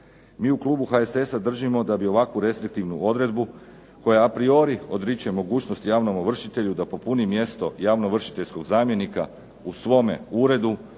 Mi u klubu HSS-a držimo da bi ovakvu restriktivnu odredbu koja apriori odriče mogućnost javnom ovršitelju da popuni mjesto javno ovršiteljskog zamjenika u svome uredu